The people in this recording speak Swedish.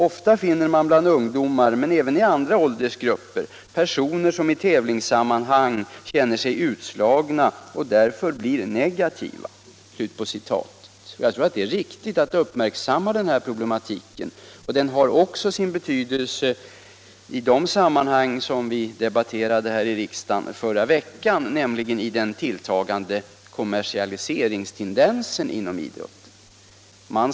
Ofta finner man bland ungdomar, men även i andra åldersgrupper, personer som i tävlingssammanhang känner sig utslagna och därför blir negativa.” Det är riktigt att uppmärksamma denna problematik. Den har också sin betydelse i de sammanhang som vi debatterade här i riksdagen förra veckan, nämligen den tilltagande kommersialiseringstendensen inom idrotten.